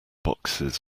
boxes